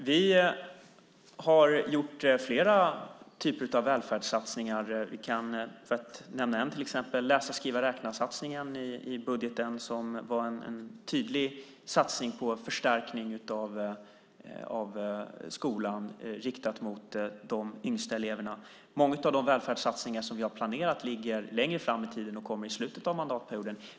Fru talman! Vi har gjort flera välfärdssatsningar, till exempel läsa-skriva-räkna-satsningen, i budgeten. Det var en tydlig satsning på en förstärkning av skolan riktad mot de yngsta eleverna. Många av de välfärdssatsningar som vi har planerat ligger längre fram i tiden och kommer i slutet av mandatperioden.